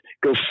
go